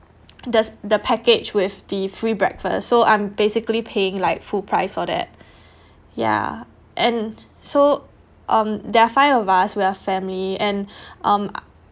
the the package with the free breakfast so I'm basically paying like full price for that yeah and so um there are five of us we are family and um